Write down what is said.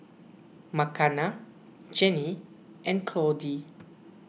Makenna Jennie and Claudie